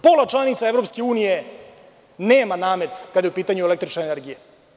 Pola članica EU nema namet kada je u pitanju električna energija.